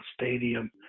stadium